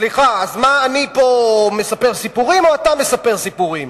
סליחה, אני מספר פה סיפורים או אתה מספר סיפורים?